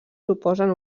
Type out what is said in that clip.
suposen